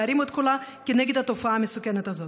להרים את קולה כנגד התופעה המסוכנת הזאת.